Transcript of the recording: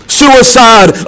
suicide